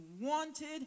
wanted